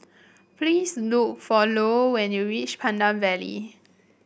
please look for Lou when you reach Pandan Valley